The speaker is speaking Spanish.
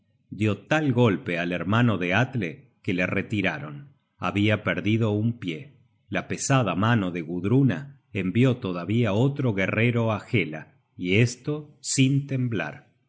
dió tal golpe al hermano de atle que le retiraron habia perdido un pie la pesada mano de gudruna envió todavía otro guerrero á hela y esto sin temblar